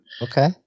Okay